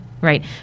right